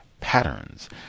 patterns